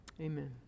Amen